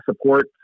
support